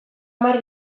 hamar